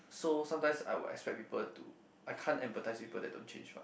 so sometimes I would expect people to I can't empathize people that don't change fast